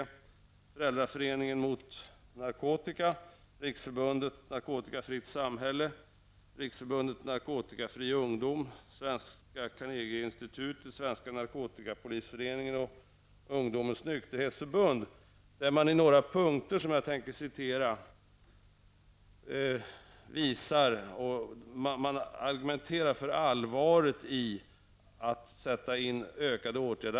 Det är Svenska narkotikapolisföreningen och Ungdomens nykterhetsförbund. I uppropet argumenterar man för allvaret i att sätta in fler åtgärder.